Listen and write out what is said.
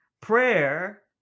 prayer